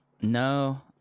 no